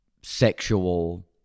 sexual